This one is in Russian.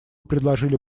предложили